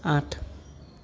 আঠ